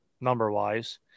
number-wise